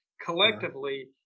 collectively